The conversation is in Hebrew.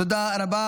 תודה רבה.